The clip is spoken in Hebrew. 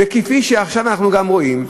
וכפי שעכשיו אנחנו רואים,